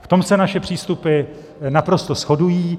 V tom se naše přístupy naprosto shodují.